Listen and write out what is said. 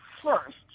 first